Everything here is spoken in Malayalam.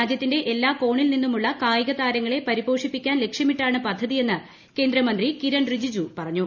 രാജ്യത്തിന്റെ എല്ലാ കോണിൽ നിന്നുമുള്ള കായികതാരങ്ങളെ പരിപോഷിപ്പിക്കാൻ ലക്ഷ്യമിട്ടാണ് പദ്ധതിയെന്ന് കേന്ദ്രമന്ത്രി കിരൺ റിജിജു പറഞ്ഞു